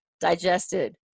digested